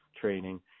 training